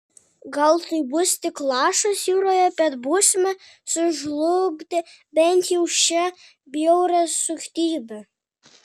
gal tai bus tik lašas jūroje bet būsime sužlugdę bent jau šią bjaurią suktybę